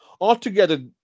Altogether